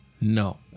No